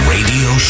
Radio